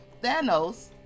Thanos